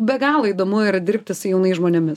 be galo įdomu yra dirbti su jaunais žmonėmis